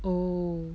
oh